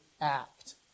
act